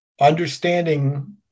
understanding